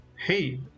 hey